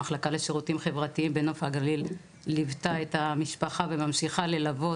המחלקה לשירותים חברתיים בנוף הגליל ליוותה את המשפחה וממשיכה ללוות.